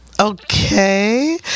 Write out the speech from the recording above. Okay